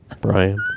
Brian